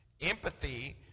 Empathy